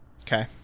Okay